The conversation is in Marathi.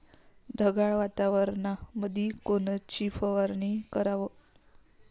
ढगाळ वातावरणामंदी कोनची फवारनी कराव?